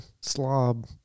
slob